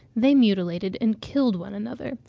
they mutilated and killed one another.